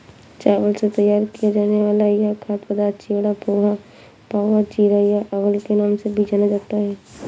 चावल से तैयार किया जाने वाला यह खाद्य पदार्थ चिवड़ा, पोहा, पाउवा, चिरा या अवल के नाम से भी जाना जाता है